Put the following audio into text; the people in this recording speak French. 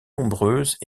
nombreuses